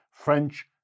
French